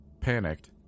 panicked